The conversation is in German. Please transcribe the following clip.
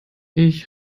ich